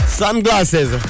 sunglasses